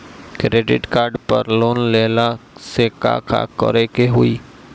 Credit card पर loan लेला से का का करे क होइ?